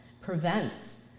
prevents